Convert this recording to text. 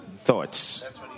Thoughts